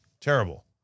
Terrible